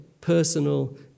personal